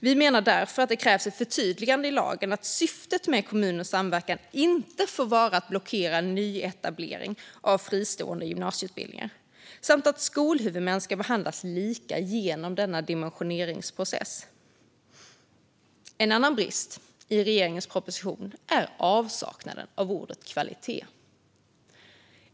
Vi menar därför att det krävs ett förtydligande i lagen om att syftet med kommuners samverkan inte får vara att blockera nyetablering av fristående gymnasieutbildningar samt att skolhuvudmän ska behandlas lika genom denna dimensioneringsprocess. En annan brist i regeringens proposition är avsaknaden av ordet kvalitet.